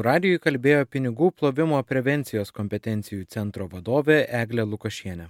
radijui kalbėjo pinigų plovimo prevencijos kompetencijų centro vadovė eglė lukošienė